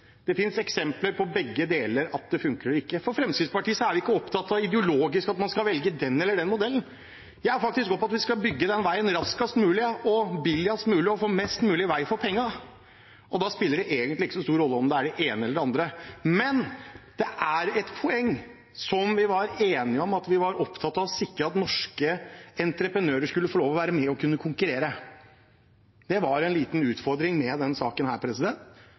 Det finnes eksempler på at begge deler funker, og ikke. Fremskrittspartiet er ikke opptatt av at man ideologisk sett skal velge den eller den modellen. Vi er faktisk opptatt av at vi skal bygge veien raskest mulig og billigst mulig og få mest mulig vei for pengene, og da spiller det egentlig ikke så stor rolle om det er det ene eller det andre. Men det er et poeng, som vi var enige om at vi var opptatt av, å sikre at norske entreprenører skulle få lov til å være med og konkurrere. Det var en liten utfordring med denne saken.